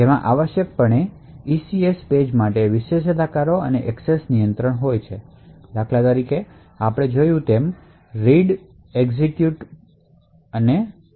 જેમાં ECS page માટે આવશ્યક વિશેષાધિકારો અને એક્સેસ નિયંત્રણ હોય છે ઉદાહરણ તરીકે આપણે જોયું છે કે તેમાં રીડ રાઇટ એક્ઝિક્યુટની પરવાનગી છે